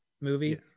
movie